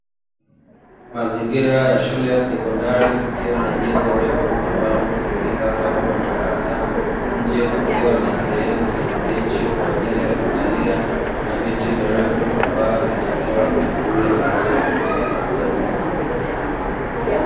Mazingira ya shule ya sekondari kukiwa na jengo refu ambalo hutumika kama madarasa, nje kukiwa na sehemu za mabenchi kwa ajili ya kukalia; na miti mirefu ambapo inatoa vimvuli vizuri.